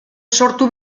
sortu